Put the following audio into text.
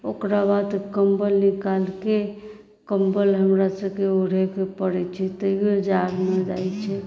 ओकरा बाद कम्बल निकालिके कम्बल हमरासभके ओढ़ैके पड़ैत छै तैओ जाड़ नहि जाइत छै